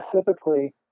specifically